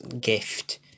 gift